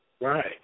Right